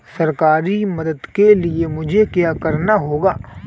सरकारी मदद के लिए मुझे क्या करना होगा?